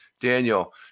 Daniel